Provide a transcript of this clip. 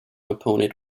opponent